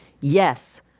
Yes